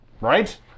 Right